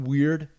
Weird